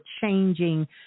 changing